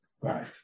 Right